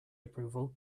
approval